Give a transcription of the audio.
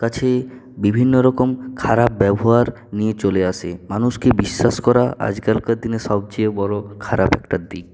কাছে বিভিন্ন রকম খারাপ ব্যবহার নিয়ে চলে আসে মানুষকে বিশ্বাস করা আজকালকার দিনে সবচেয়ে বড় খারাপ একটা দিক